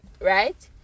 right